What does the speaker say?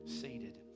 seated